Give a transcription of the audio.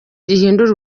gihindura